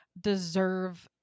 deserve